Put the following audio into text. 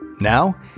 Now